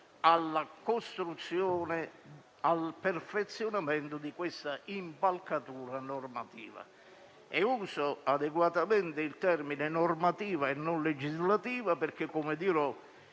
alla costruzione e al perfezionamento di questa impalcatura normativa. E uso adeguatamente il termine normativa e non legislativa perché - come dirò